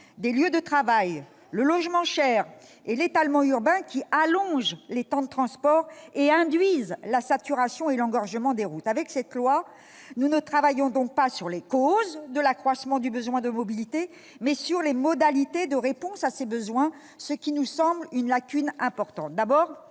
des lieux de travail, le logement cher et l'étalement urbain sont à l'origine de l'allongement des temps de transport et induisent la saturation et l'engorgement des routes. Avec ce texte, nous travaillons donc, non pas sur les causes de l'accroissement du besoin de mobilité, mais sur les modalités de réponse à ce besoin, ce qui nous paraît constituer une lacune importante.